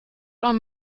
man